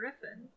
griffin